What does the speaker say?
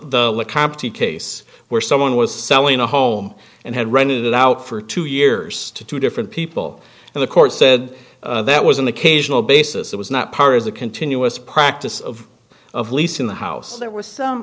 compton case where someone was selling a home and had rented it out for two years to two different people and the court said that was an occasional basis it was not part of the continuous practice of of leasing the house that was